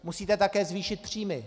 Musíte také zvýšit příjmy.